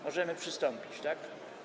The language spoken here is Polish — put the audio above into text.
Możemy przystąpić, tak?